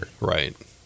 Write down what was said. Right